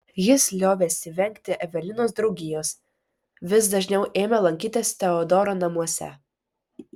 jis liovėsi vengti evelinos draugijos vis dažniau ėmė lankytis teodoro namuose